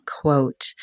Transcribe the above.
quote